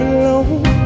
alone